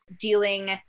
Dealing